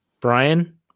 Brian